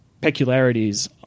peculiarities